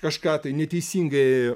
kažką tai neteisingai